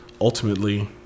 ultimately